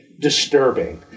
disturbing